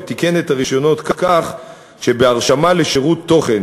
ותיקן את הרישיונות כך שבהרשמה לשירות תוכן